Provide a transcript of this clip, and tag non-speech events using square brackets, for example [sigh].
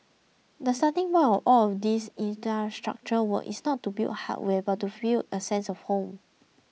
the starting [unintelligible] all these infrastructure work is not to build hardware but to feel a sense of home